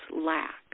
lack